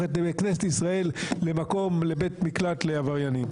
את כנסת ישראל לבית מקלט לעבריינים.